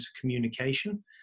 communication